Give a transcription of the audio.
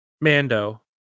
Mando